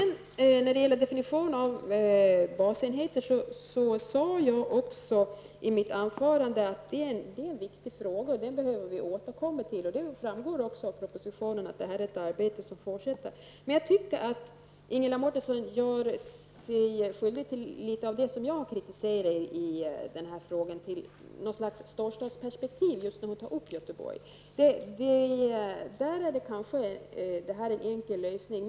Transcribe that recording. När det gäller definitionen av basenheter sade jag också i mitt anförande att det är en viktig fråga och att vi behöver återkomma till den. Av propositionen framgår det också att det här är ett arbete som fortsätter. Men jag tycker att Ingela Mårtensson gör sig skyldig till litet av det som jag har kritiserat i den här frågan, nämligen att anlägga något av ett storstadsperspektiv, just när hon tar upp Göteborg. Där är det här kanske en enkel lösning.